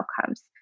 outcomes